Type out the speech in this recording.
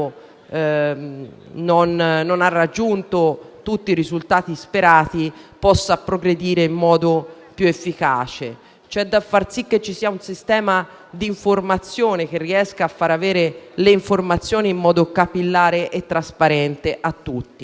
non ha raggiunto tutti i risultati sperati, possa progredire in modo più efficace, occorre far sì che il sistema di informazione riesca a far avere le informazioni in modo capillare e trasparente a tutti.